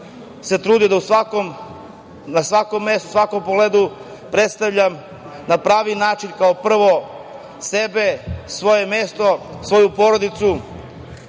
se trudio da na svakom mestu, u svakom pogledu predstavljam na pravi način, kao prvo sebe, svoje mesto, svoju porodicu,